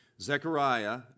Zechariah